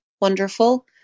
wonderful